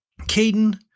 caden